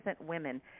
women